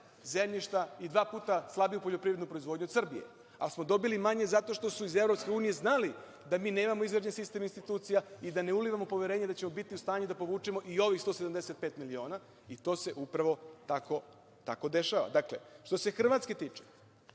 i dva puta slabiju poljoprivrednu proizvodnju od Srbije. Ali, dobili smo manje zato što su iz EU znali da mi nemamo izgrađen sistem institucija i da ne ulivamo poverenje da ćemo biti u stanju da povučemo i ovih 175 miliona, i to se upravo tako dešava. Dakle, što se Hrvatske tiče,